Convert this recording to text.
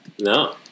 No